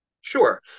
Sure